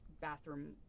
bathroom